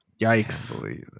Yikes